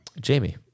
Jamie